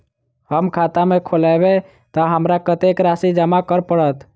हम खाता खोलेबै तऽ हमरा कत्तेक राशि जमा करऽ पड़त?